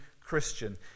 Christian